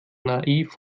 naiv